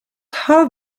have